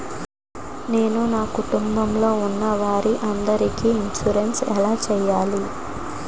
నేను నా కుటుంబం లొ ఉన్న వారి అందరికి ఇన్సురెన్స్ ఎలా చేయించాలి?